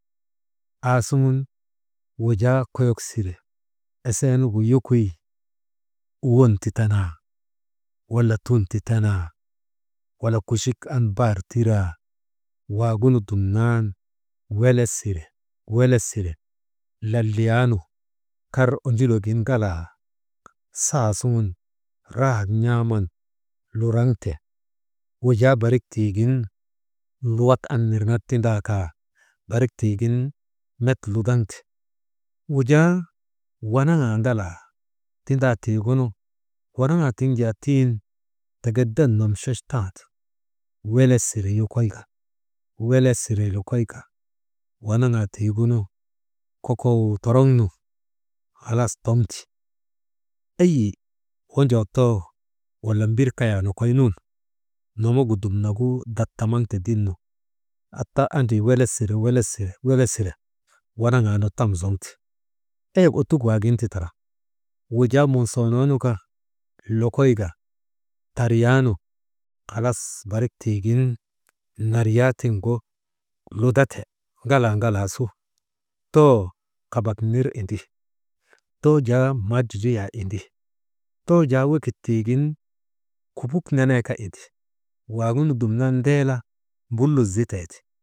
Aasuŋun wujaa koyok sire esee nuŋgu yokoy, won ti tenaa wala tun ti tenaa, wala kuchik an baar tiara waagunu dumnan, welet sire, welet sire lalliyaanu. Kar onjulok gin ŋalaa saasuŋun raahak n̰aaman luraŋte, wujaa barik tiigin luwak an nirŋak tindaa kaa, barik tiigin met ludaŋte, wujaa wanaŋaa ŋalaa tindaa tiigunu, wanaŋaa tiŋ jaa tiŋ teket den nomchos tan welet sire lokoyka, welet sire lokoyka, wanaŋaa tiigunu kokow toroŋnu, halas tomte, ayi wonjoo too wala mbir kayaa nokoy nun nomogu dumnagu dattamaŋte dil nu hata andri welet sire, welet sire, welet sire, wanaŋaanu tam zoŋte eyek ottuk waagin ti tara, wujaa monsoonoo nu kaa lokoyka tariyaanu, halas barik tiigin nariyaa tiŋgu ludate, ŋalaa, ŋalaa su too kabak nir indi, too jaa maa ndridriyaa indi, too jaa wekit tiigin kubuk nenee kaa indi, waagunu dumnaanu ndeela mbullut zitee ti.